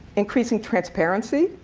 increasing transparency,